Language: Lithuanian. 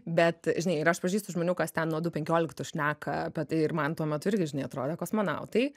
bet žinai ir aš pažįstu žmonių kas ten nuo du penkioliktų šneka apie tai ir man tuo metu irgi žinai atrodė kosmonautai